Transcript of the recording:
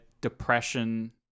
depression